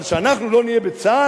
אבל שאנחנו לא נהיה בצה"ל?